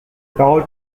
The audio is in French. paroles